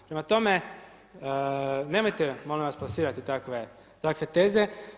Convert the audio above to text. Prema tome, nemojte molim vas plasirati takve teze.